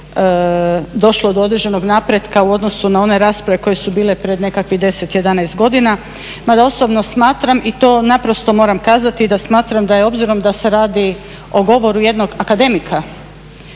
došlo do određenog napretka u odnosu na one rasprave koje su bile prije nekakvih 10, 11 godina ma da osobno smatram i to naprosto moram kazati da smatram da je obzirom da se radi o govoru jednog akademika,